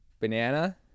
Banana